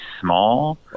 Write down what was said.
small